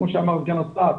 כמו שאמר סגן השר,